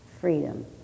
freedom